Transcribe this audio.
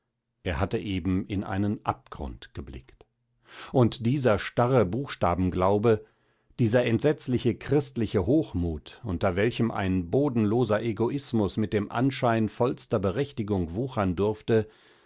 er hatte eben in einen abgrund geblickt und dieser starre buchstabenglaube dieser entsetzliche christliche hochmut unter welchem ein bodenloser egoismus mit dem anschein vollster berechtigung wuchern durfte